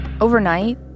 Overnight